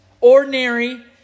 Ordinary